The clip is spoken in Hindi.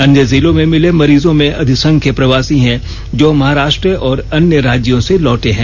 अन्य जिलों में मिले मरीजों में अधिसंख्य प्रवासी हैं जो महाराष्ट्र और अन्य राज्यों से लौटे हैं